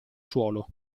suolo